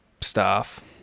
staff